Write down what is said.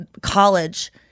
college